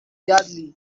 yardley